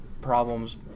problems